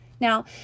Now